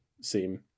seem